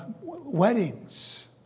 weddings